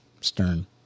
stern